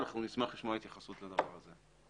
בסדרת דיונים לגבי הסוגיה הזאת של הצעת החוק.